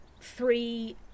three